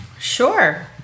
Sure